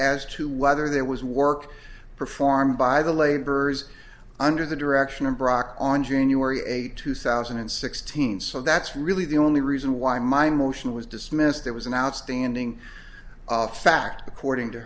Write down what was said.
as to whether there was work performed by the laborers under the direction of brock on january eighth two thousand and sixteen so that's really the only reason why my motion was dismissed there was an outstanding fact according to